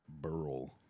Burl